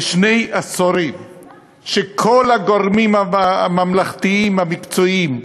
זה שני עשורים שכל הגורמים הממלכתיים המקצועיים,